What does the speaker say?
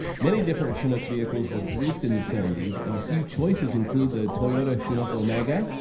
many different chinook vehicles were produced in the seventy s, and a few choices include the toyota chinook omega,